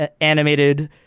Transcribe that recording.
animated